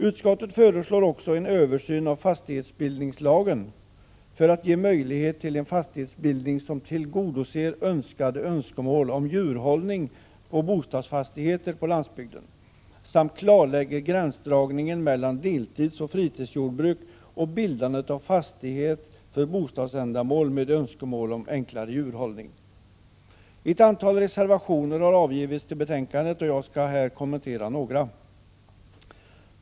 Utskottet föreslår också en översyn av fastighetsbildningslagen för att ge möjlighet till en fastighetsbildning som tillgodoser ökade önskemål om djurhållning på bostadsfastigheter på landsbygden samt klarlägger gränsdragningen mellan deltidsoch fritidsjordbruk och fastighet för bostadsändamål med önskemål om enklare djurhållning. Ett antal reservationer har avgivits till betänkandet. Jag skall här kommentera några.